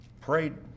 prayed